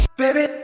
baby